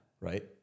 right